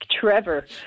trevor